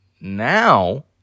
now